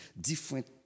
different